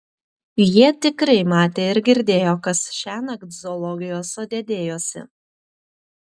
jie tikrai matė ir girdėjo kas šiąnakt zoologijos sode dėjosi